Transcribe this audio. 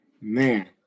man